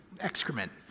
excrement